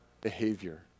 behavior